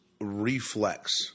reflex